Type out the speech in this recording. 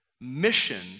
Mission